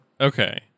Okay